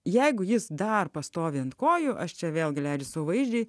jeigu jis dar pastovi ant kojų aš čia vėlgi leidžiu sau vaizdžiai